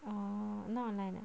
oh not online ah